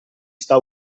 sta